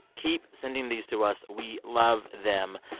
keep sending these to us. we love them.